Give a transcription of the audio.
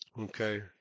Okay